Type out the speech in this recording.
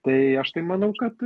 tai aš tai manau kad